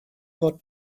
fod